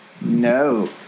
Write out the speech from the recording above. No